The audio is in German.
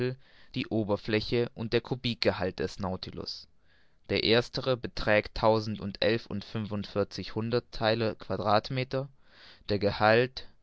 die oberfläche und der kubikgehalt des nautilus der erstere beträgt tausendundelf und fünfundvierzig hunderttheile quadratmeter der gehalt